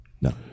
No